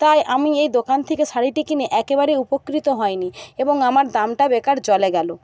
তাই আমি এই দোকান থেকে শাড়িটি কিনে একেবারে উপকৃত হইনি এবং আমার দামটা বেকার জলে গেল